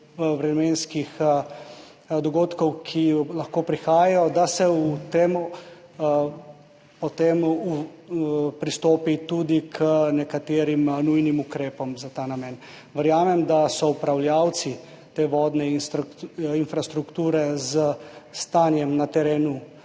vremenskih dogodkov, ki lahko prihajajo, da se potem pristopi tudi k nekaterim nujnim ukrepom za ta namen. Verjamem, da so upravljavci te vodne infrastrukture s stanjem na terenu